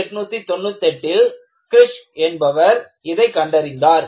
1898ல் Kirsch என்பவர் இதை கண்டறிந்தார்